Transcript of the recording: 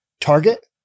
Target